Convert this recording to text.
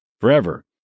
forever